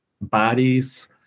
bodies